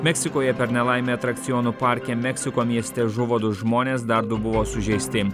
meksikoje per nelaimę atrakcionų parke meksiko mieste žuvo du žmonės dar du buvo sužeisti